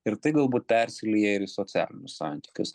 ir tai galbūt persilieja ir į socialinius santykius